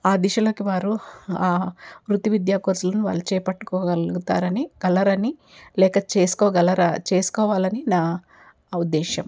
ఆ దిశలకి వారు ఆ వృత్తి విద్య కోర్సులను వాళ్ళు చేపట్టుకోగలుగుతారని గలరని లేక చేసుకోగలరా చేసుకోవాలని నా ఉద్దేశం